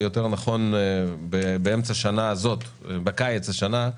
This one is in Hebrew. יותר נכון בקיץ השנה,